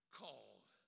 called